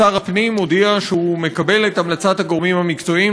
שר הפנים הודיע שהוא מקבל את המלצת הגורמים המקצועיים,